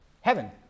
Heaven